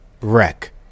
wreck